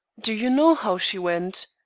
do you know how she went?